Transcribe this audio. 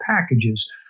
packages